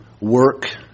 work